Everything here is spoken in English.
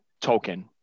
token